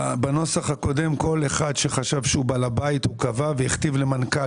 בנוסח הקודם כל אחד שחשב שהוא בעל הבית קבע והכתיב למנכ"ל